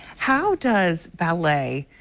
how does ballet,